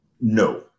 No